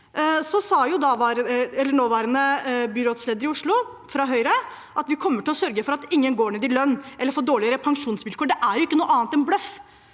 byrådsleder i Oslo, fra Høyre, at «vi kommer til å sørge for at ingen går ned i lønn eller får dårligere pensjonsvilkår». Det er ikke noe annet enn bløff.